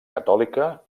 catòlica